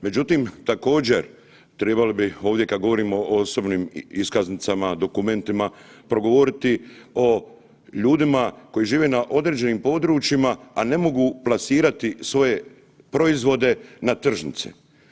Međutim, također, trebalo bi ovdje kad govorimo o osobnim iskaznicama, dokumentima, progovoriti o ljudima koji žive na određenim područjima, a ne mogu plasirati svoje proizvode na tržnice.